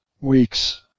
weeks